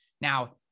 Now